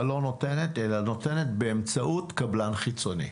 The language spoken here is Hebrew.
אבל לא נותנת, אלא נותנת באמצעות קבלן חיצוני.